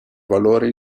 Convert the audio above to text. valore